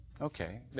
okay